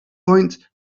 point